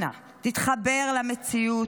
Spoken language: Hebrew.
אנא, תתחבר למציאות,